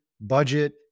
budget